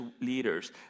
leaders